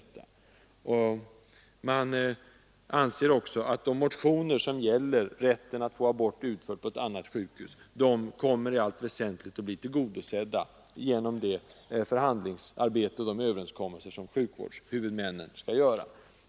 Utskottet anser också att de motioner som gäller rätten att få abort utförd på sjukhus utanför det egna sjukvårdsområdet i allt väsentligt kommer att bli tillgodosedda genom det förhandlingsarbete och de överenskommelser som sjukvårdshuvudmännen skall genomföra.